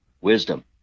Wisdom